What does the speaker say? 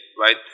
right